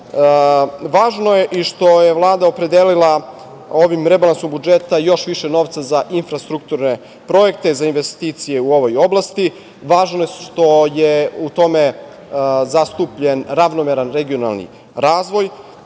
noge. Važno je i što je Vlada opredelila ovim rebalansom budžeta još više novca za infrastrukturne projekte, za investicije u ovoj oblasti, važno je što je u tome zastupljen ravnomeran regionalni razvoj. Posebno